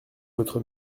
votre